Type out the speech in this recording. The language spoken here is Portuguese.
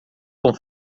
com